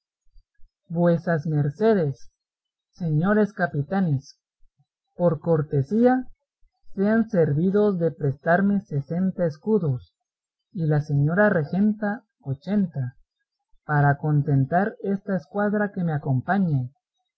vuesas mercedes señores capitanes por cortesía sean servidos de prestarme sesenta escudos y la señora regenta ochenta para contentar esta escuadra que me acompaña